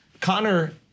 Connor